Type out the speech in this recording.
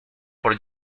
por